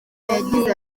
yagize